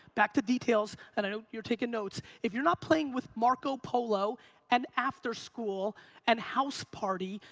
back to details, and i know you're taking notes. if you're not playing with marco polo and after school and houseparty,